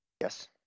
Yes